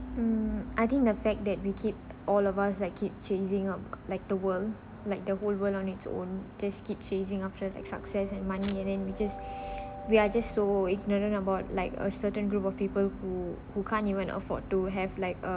mm I think the fact that we keep all of us like keep changing or like the world like the whole world on its own just keep chasing after like success and money and then we just we are just so ignorant about like a certain group of people who who can't even afford to have like a